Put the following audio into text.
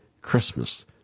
Christmas